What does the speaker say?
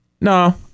No